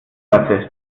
lasse